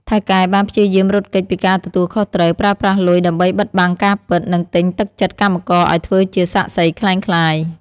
ថៅកែបានព្យាយាមរត់គេចពីការទទួលខុសត្រូវ ប្រើប្រាស់លុយដើម្បីបិទបាំងការពិត និងទិញទឹកចិត្តកម្មករឲ្យធ្វើជាសាក្សីក្លែងក្លាយ។